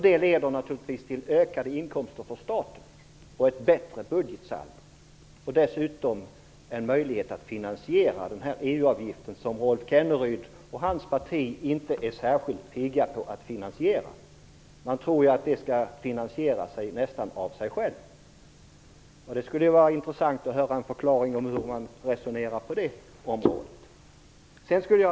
Detta leder naturligtvis till ökade inkomster för staten och till ett bättre budgetsaldo. Dessutom får vi en möjlighet att finansiera EU avgiften, vilken Rolf Kenneryd och hans parti inte är särskilt pigga på att finansiera. Man tror att den nästan finansieras av sig själv. Det skulle vara intressant att få förklarat hur man resonerar på det området.